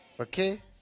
Okay